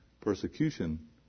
persecution